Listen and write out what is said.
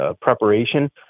preparation